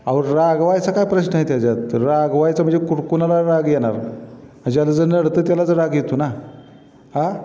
अहो रागवायचा काय प्रश्न आहे त्याच्यात रागवायचं म्हणजे कुणकुणाला राग येणार ज्याचं नडतं त्यालाच राग येतो ना हा